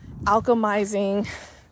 alchemizing